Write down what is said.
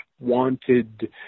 wanted